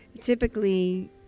typically